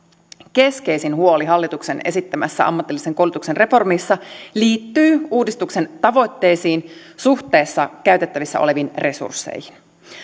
keskeisin huoli hallituksen esittämässä ammatillisen koulutuksen reformissa liittyy uudistuksen tavoitteisiin suhteessa käytettävissä oleviin resursseihin